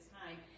time